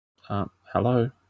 hello